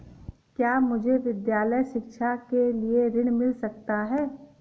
क्या मुझे विद्यालय शिक्षा के लिए ऋण मिल सकता है?